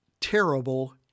terrible